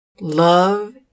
Love